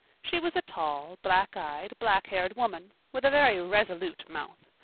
she was a tall black-eyed, black-haired woman, with a very resolute mouth.